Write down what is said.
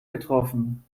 getroffen